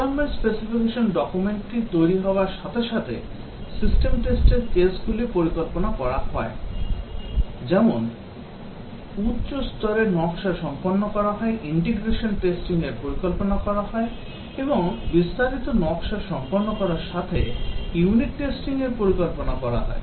Requirement specification document টি তৈরি হওয়ার সাথে সাথে system test র কেসগুলি পরিকল্পনা করা হয় যেমন উচ্চ স্তরের নকশা সম্পন্ন হয় integration testing র পরিকল্পনা করা হয় এবং বিস্তারিত নকশা সম্পন্ন করার সাথে unit testing র পরিকল্পনা করা হয়